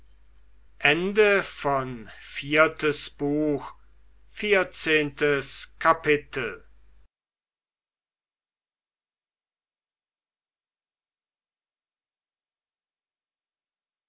viertes buch erstes kapitel